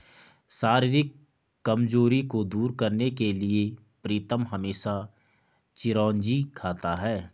शारीरिक कमजोरी को दूर करने के लिए प्रीतम हमेशा चिरौंजी खाता है